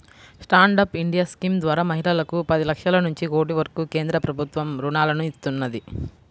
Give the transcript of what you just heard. stand up India scheme ద్వారా మహిళలకు పది లక్షల నుంచి కోటి వరకు కేంద్ర ప్రభుత్వం రుణాలను ఇస్తున్నది